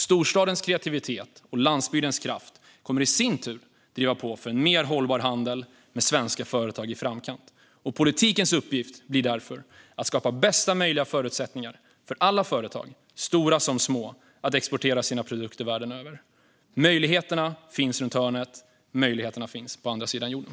Storstadens kreativitet och landsbygdens kraft kommer i sin tur att driva på för en mer hållbar handel med svenska företag i framkant. Politikens uppgift blir därför att skapa bästa möjliga förutsättningar för alla företag, stora som små, att exportera sina produkter världen över. Möjligheterna finns runt hörnet och på andra sidan jorden.